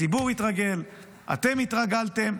הציבור התרגל, אתם התרגלתם.